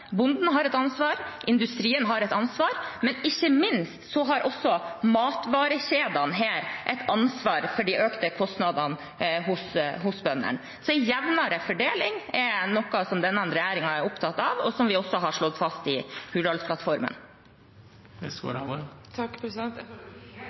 bonden har et ansvar, industrien har et ansvar, og ikke minst har matvarekjedene et ansvar for de økte kostnadene for bøndene. Så en jevnere fordeling er noe som denne regjeringen er opptatt av, og som vi også har slått fast i Hurdalsplattformen.